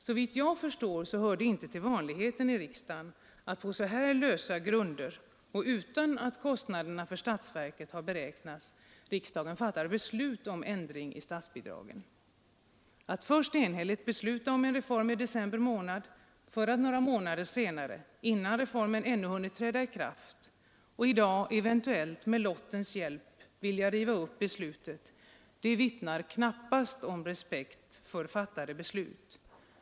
Såvitt jag förstår hör det inte till vanligheterna att riksdagen på så här lösa grunder och utan att kostnaderna för statsverket har beräknats fattar beslut om ändring i statsbidragen. Att först, i december månad, enhälligt besluta om en reform för att några månader senare, innan reformen ännu hunnit träda i kraft, vilja — eventuellt med lottens hjälp — riva upp beslutet vittnar knappast om respekt för fattade beslut.